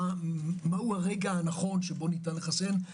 מהו הרגע הנכון שבו ניתן לחסן.